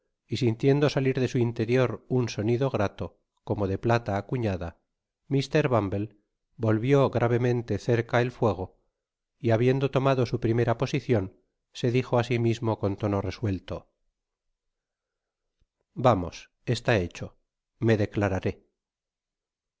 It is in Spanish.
y sintiendo salir de su interior un sonido grato como de plata acuñada mr bumble volvió gravemente cerca el fuego y habiendo tomado su primera posicion se dijo á si mismo con tono resuelto vamos está hecho me declararé